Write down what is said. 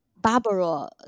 Barbara